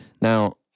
Now